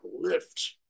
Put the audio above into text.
lift